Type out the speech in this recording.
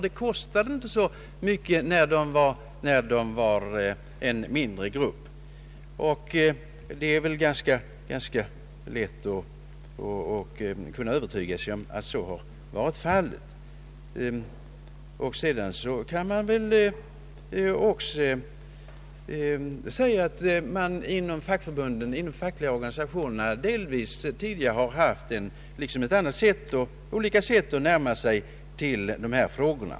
Detta kostade inte heller så mycket eftersom det gällde en mindre Srupp: Man kan väl också säga att de fackliga organisationerna tidigare hade ett annat sätt att närma sig dessa frågor.